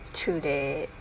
true that